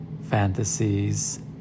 fantasies